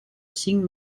cinc